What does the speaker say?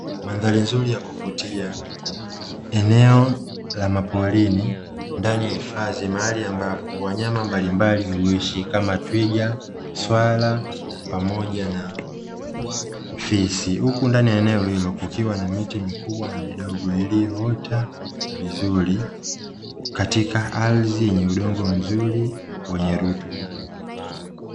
Mandhari nzuri ya kuvutia, eneo la mapolini ndani ya hifadhi maali ambapo wanyama mbalimbali huishi kama twiga, swala pamoja na fisi, huku ndani ya eneo hilo kukiwa na miti mikubwa na midogo iliyoota vizuri katika arhi yenye udongo mzuri wenye lituba.